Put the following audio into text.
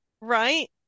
Right